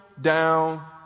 down